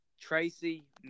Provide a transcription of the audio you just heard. Tracy